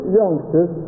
youngsters